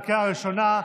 בקריאה הראשונה.